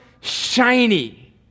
shiny